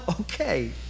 okay